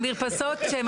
לכן, אם